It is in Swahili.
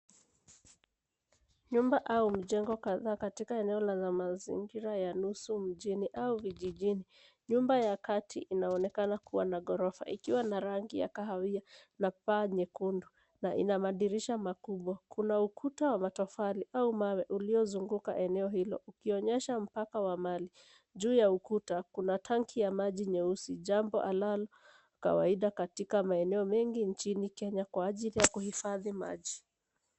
Nyumba au mjengo kadhaa katika eneo la mazingira ya nusu mjini au vijijini. Nyumba ya kati inaonekana kuwa na ghorofa ikiwa na rangi ya kahawia na paa nyekundu na ina madirisha makubwa. Kuna ukuta wa matofali au mawe uliozunguka eneo hilo ukionyesha mpaka wa mali. Juu ya ukuta, kuna tanki ya maji nyeusi jump halal kawaida katika maeneo mengi nchini Kenya kwa ajili ya kuhifadhi maji.